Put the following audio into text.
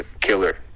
killer